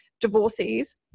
divorces